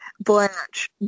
blanche